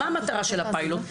מה המטרה של הפיילוט?